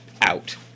out